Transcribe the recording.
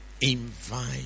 Invite